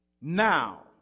now